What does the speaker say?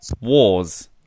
wars